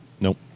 Nope